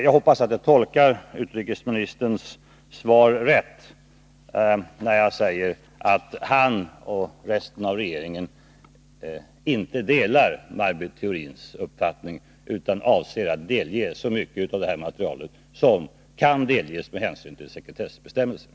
Jag hoppas att jag tolkar utrikesministerns svar rätt, när jag säger att han och resten av regeringen inte delar Maj Britt Theorins uppfattning, utan avser att offentliggöra så mycket av detta material som kan offentliggöras med hänsyn till sekretessbestämmelserna.